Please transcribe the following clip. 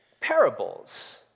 Parables